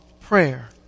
prayer